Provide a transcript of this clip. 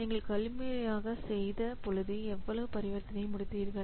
நீங்கள் கைமுறையாக செய்தபொழுது எவ்வளவு பரிவர்த்தனையை முடித்தீர்கள்